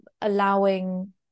allowing